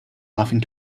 laughing